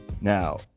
Now